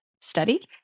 study